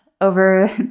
over